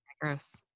gross